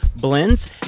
blends